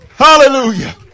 Hallelujah